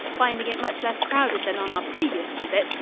finding it much less crowded than on our previous visit,